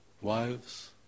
wives